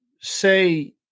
say